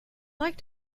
like